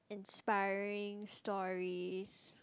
inspiring stories